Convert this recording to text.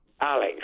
Alex